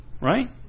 Right